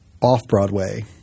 off-Broadway